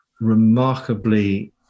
remarkably